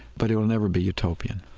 but it will never be utopian